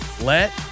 Let